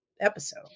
episode